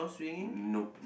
nope